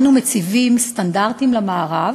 אנו מציבים סטנדרטים למערב,